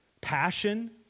passion